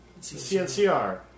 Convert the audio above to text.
CNCR